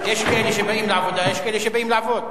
יש כאלה שבאים לעבודה ויש כאלה שבאים לעבוד.